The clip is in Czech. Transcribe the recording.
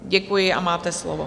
Děkuji a máte slovo.